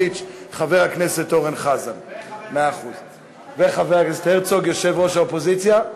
העברה למענה אנושי בתפריט הראשון בעת התקשרות לעוסק),